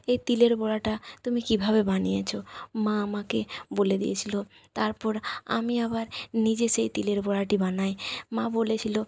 এই তিলের বড়াটা তুমি কীভাবে বানিয়েছো মা আমাকে বলে দিয়েছিলো তারপর আমি আবার নিজে সেই তিলের বড়াটি বানাই মা বলেছিলো